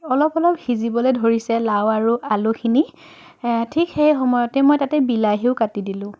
অলপ অলপ সিজিবলৈ ধৰিছে লাও আৰু আলুখিনি ঠিক সেই সময়তেই মই তাতে বিলাহীও কাটি দিলোঁ